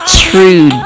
true